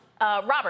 Robert